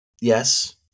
Yes